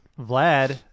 Vlad